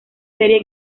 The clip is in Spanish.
serie